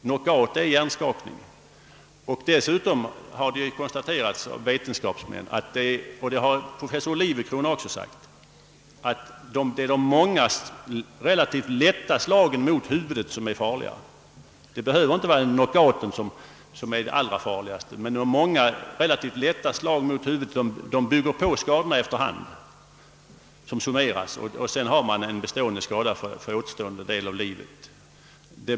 Knockout är hjärnskakning, och dessutom har vetenskapsmän konstaterat, däribland professor Olivecrona, att det är de många relativt lätta slagen mot huvudet som är farliga. Knockouten behöver inte vara det farligaste. Många relativt lätta slag mot huvudet bygger på skadorna efter hand, skadorna summeras, och så får boxaren en bestående skada för den återstående delen av livet.